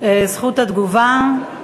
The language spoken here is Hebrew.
זכות התגובה,